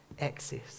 access